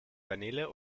vanille